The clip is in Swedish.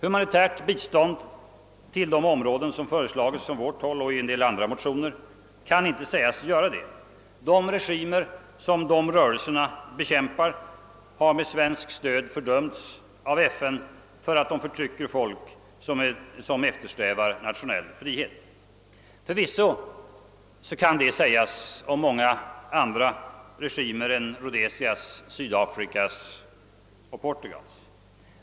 Humanitärt bistånd till de områden som föreslagits från vårt håll och i en del andra motioner kan inte sägas göra det. De regimer som dessa rörelser bekämpar har med svenskt stöd fördömts av FN för att de förtrycker folk som eftersträvar nationell frihet. Förvisso kan detta sägas också om andra regimer än Rhodesias, Sydafrikas och Portugals.